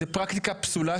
זאת פרקטיקה פסולה,